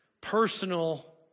personal